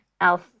else